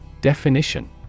Definition